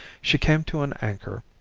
she came to an anchor,